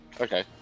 okay